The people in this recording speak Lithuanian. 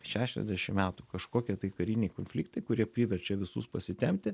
šešiasdešim metų kažkokie tai kariniai konfliktai kurie priverčia visus pasitempti